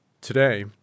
Today